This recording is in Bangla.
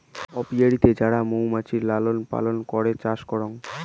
অপিয়ারীতে যারা মৌ মুচির লালন পালন করে চাষ করাং